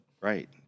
Right